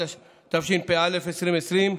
התשפ"א 2020,